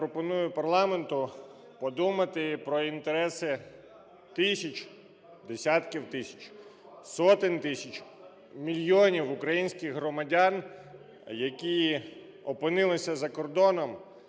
Я пропоную парламенту подумати про інтереси тисяч, десятки тисяч, сотень тисяч, мільйонів українських громадян, які опинилися за кордоном,